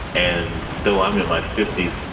and though i'm in my fifty